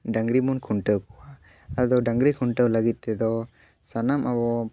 ᱰᱟᱹᱝᱨᱤᱵᱚᱱ ᱠᱷᱩᱱᱴᱟᱹᱣ ᱠᱚᱣᱟ ᱟᱫᱚ ᱰᱟᱹᱝᱨᱤ ᱠᱷᱩᱱᱴᱟᱹᱣ ᱞᱟᱹᱜᱤᱫ ᱛᱮᱫᱚ ᱥᱟᱱᱟᱢ ᱟᱵᱚ